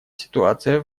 ситуация